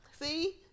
See